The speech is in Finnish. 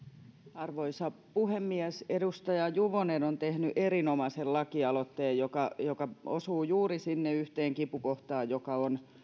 arvoisa puhemies edustaja juvonen on tehnyt erinomaisen lakialoitteen joka joka osuu juuri siihen yhteen kipukohtaan joka on